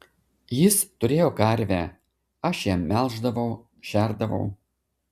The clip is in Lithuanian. jis turėjo karvę aš ją melždavau šerdavau